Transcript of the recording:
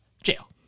Jail